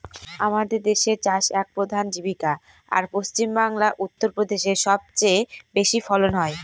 আমাদের দেশের চাষ এক প্রধান জীবিকা, আর পশ্চিমবাংলা, উত্তর প্রদেশে সব চেয়ে বেশি ফলন হয়